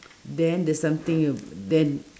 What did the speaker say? then the something wi~ then